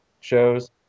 shows